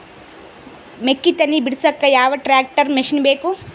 ಮೆಕ್ಕಿ ತನಿ ಬಿಡಸಕ್ ಯಾವ ಟ್ರ್ಯಾಕ್ಟರ್ ಮಶಿನ ಬೇಕು?